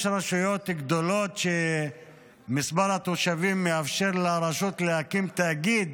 יש רשויות גדולות שמספר התושבים בהן מאפשר לרשות להקים תאגיד